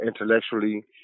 intellectually